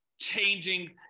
changing